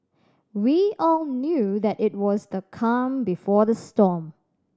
we all knew that it was the calm before the storm